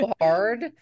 hard